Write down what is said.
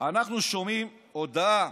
אנחנו שומעים הודעה